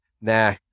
nah